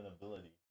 ability